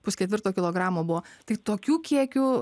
pusketvirto kilogramo buvo tai tokių kiekių